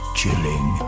chilling